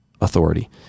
authority